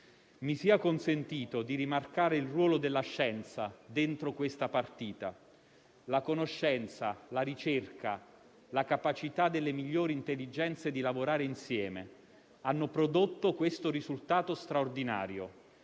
Mi sia consentito di rimarcare il ruolo della scienza dentro questa partita: la conoscenza, la ricerca, la capacità delle migliori intelligenze di lavorare insieme hanno prodotto questo risultato straordinario.